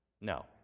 No